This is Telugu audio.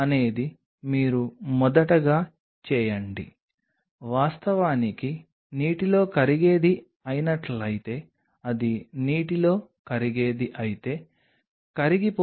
ఇప్పుడు మీరు గమనించే ఒక పాయింట్ ఉంటుంది ఉపరితలం నీటిని ద్వేషించడానికి ఇష్టపడేదిగా మారుతుందని మీరు చూస్తారు